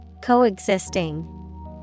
Coexisting